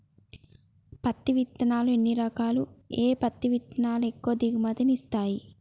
పత్తి విత్తనాలు ఎన్ని రకాలు, ఏ పత్తి విత్తనాలు ఎక్కువ దిగుమతి ని ఇస్తాయి?